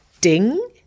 ding